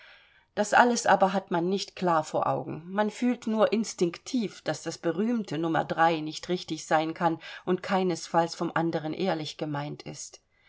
das alles aber hat man nicht klar vor augen man fühlt nur instinktiv daß das berühmte nr nicht richtig sein kann und keinesfalls vom anderen ehrlich gemeint ist